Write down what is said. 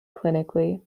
clinically